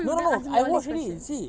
no no no I watched already you see